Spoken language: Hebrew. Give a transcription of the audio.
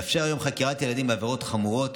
מאפשר היום חקירת ילדים בעבירות חמורות